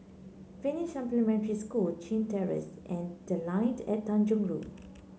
Finnish Supplementary School Chin Terrace and The Line at Tanjong Rhu